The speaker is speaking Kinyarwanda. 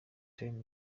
time